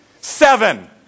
Seven